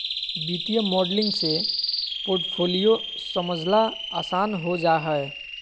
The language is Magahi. वित्तीय मॉडलिंग से पोर्टफोलियो समझला आसान हो जा हय